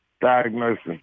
diagnosis